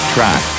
Track